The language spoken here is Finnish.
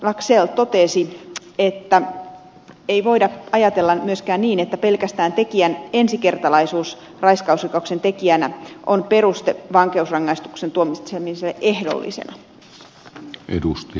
laxell totesi että ei voida ajatella myöskään niin että pelkästään tekijän ensikertalaisuus raiskausrikoksessa on peruste vankeusrangaistuksen tuomitsemiseen ehdollisena